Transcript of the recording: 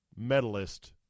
medalist